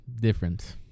different